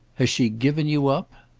has she given you up?